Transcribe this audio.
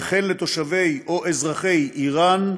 וכן לתושבי או אזרחי איראן,